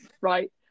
right